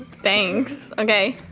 thanks. okay.